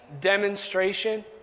demonstration